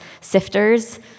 sifters